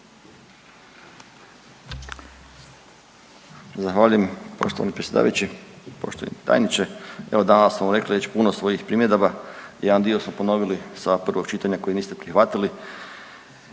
Zahvaljujem poštovani predsjedavajući i poštovani tajniče. Evo danas smo vam rekli već puno svojih primjedaba, jedan dio smo ponovili sa prvog čitanja koji niste prihvatili